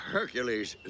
Hercules